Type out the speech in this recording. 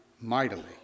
mightily